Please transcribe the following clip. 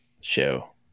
show